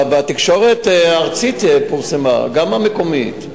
בתקשורת הארצית פורסם, גם במקומית.